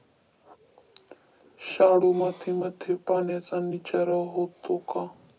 शाडू मातीमध्ये पाण्याचा निचरा होतो का?